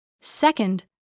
Second